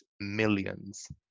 millions